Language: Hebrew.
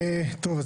טוב,